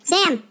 Sam